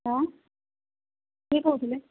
ହଁ କିଏ କହୁଥିଲେ